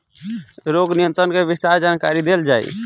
रोग नियंत्रण के विस्तार जानकरी देल जाई?